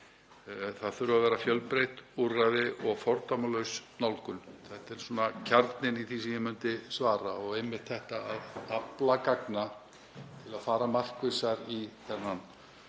Það þurfa að vera fjölbreytt úrræði og fordómalaus nálgun, það er kjarninn í því sem ég myndi svara, og einmitt líka að afla gagna til að fara markvissar í þennan